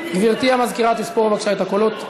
גברתי המזכירה תספור בבקשה את הקולות.